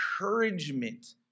encouragement